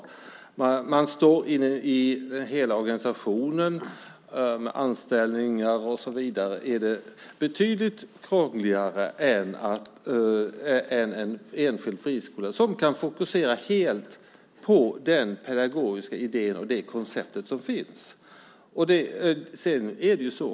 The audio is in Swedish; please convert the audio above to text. När man har en hel organisation med anställningar och så vidare är det betydligt krångligare än för en enskild friskola, som helt kan fokusera på den pedagogiska idén och det koncept som finns.